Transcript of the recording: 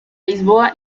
lisboa